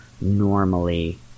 normally